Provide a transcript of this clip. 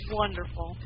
wonderful